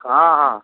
ହଁ ହଁ